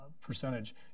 percentage